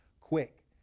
quick